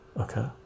okay